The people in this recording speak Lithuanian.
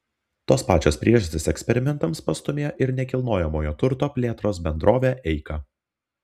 tos pačios priežastys eksperimentams pastūmėjo ir nekilnojamojo turto plėtros bendrovę eika